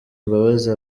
imbabazi